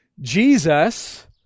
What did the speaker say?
Jesus